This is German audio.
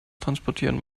transportieren